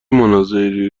مناظری